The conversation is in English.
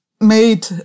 Made